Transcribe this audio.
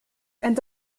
and